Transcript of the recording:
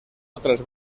otras